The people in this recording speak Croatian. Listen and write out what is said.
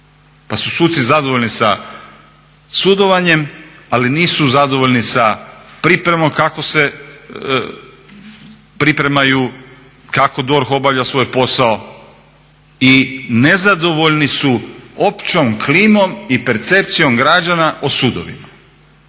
pa su suci zadovoljni sa sudovanje, ali nisu zadovoljni sa pripremom kako se pripremaju, kako DORH obavlja svoj posao i nezadovoljni su općom klimom i percepcijom građana o sudovima.